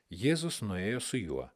jėzus nuėjo su juo